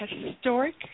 historic